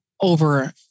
over